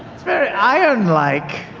it's very iron-like.